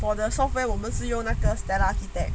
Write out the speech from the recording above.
for the software 我们是用那个